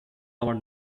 over